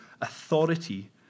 authority